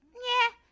yeah,